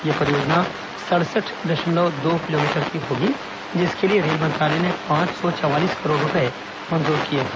यह परियोजना सड़सठ दशमलव दो किलोमीटर की होगी जिसके लिए रेल मंत्रालय ने पांच सौ चवालीस करोड़ रूपये मंजूर किए हैं